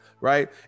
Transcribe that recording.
Right